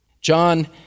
John